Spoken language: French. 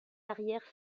arrières